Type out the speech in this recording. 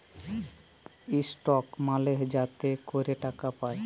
stock মালে যাতে ক্যরে টাকা পায়